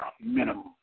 minimum